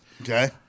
Okay